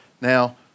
Now